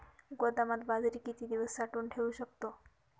गोदामात बाजरी किती दिवस साठवून ठेवू शकतो?